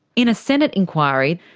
in a senate inquiry,